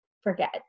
forget